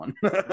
one